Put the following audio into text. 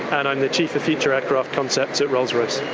and i'm the chief of feature aircraft concepts at rolls-royce.